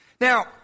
Now